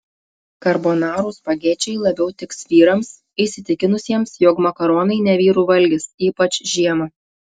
karbonarų spagečiai labiau tiks vyrams įsitikinusiems jog makaronai ne vyrų valgis ypač žiemą